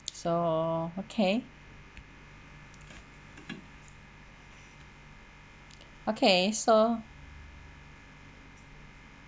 so okay okay so